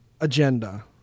agenda